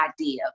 idea